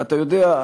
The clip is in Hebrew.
אתה יודע,